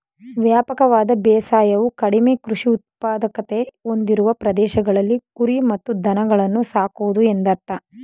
ವ್ಯಾಪಕವಾದ ಬೇಸಾಯವು ಕಡಿಮೆ ಕೃಷಿ ಉತ್ಪಾದಕತೆ ಹೊಂದಿರುವ ಪ್ರದೇಶಗಳಲ್ಲಿ ಕುರಿ ಮತ್ತು ದನಗಳನ್ನು ಸಾಕುವುದು ಎಂದರ್ಥ